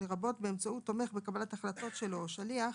לרבות באמצעות תומך בקבלת החלטות שלו או שליח,